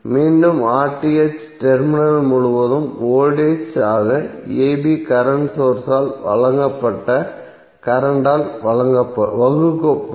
மீண்டும் டெர்மினல்கள் முழுவதும் வோல்டேஜ் ஆக a b கரண்ட் சோர்ஸ் ஆல் வழங்கப்பட்ட கரண்ட்டால் வகுக்கப்படும்